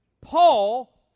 Paul